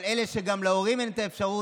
אבל אם גם להורים אין את האפשרות,